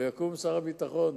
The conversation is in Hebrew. או יקום שר הביטחון,